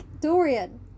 Dorian